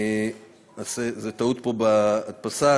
זו טעות בהדפסה,